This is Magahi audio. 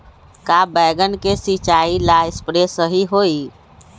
का बैगन के सिचाई ला सप्रे सही होई?